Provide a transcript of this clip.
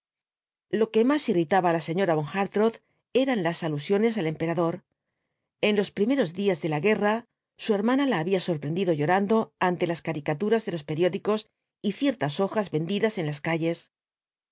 lo que más irritaba á la señora von hartrott eran las alusiones al emperador en los primeros días de la guerra su hermana la había sorprendido llorando ante las caricaturas de los periódicos y ciertas hojas vendidas en las calles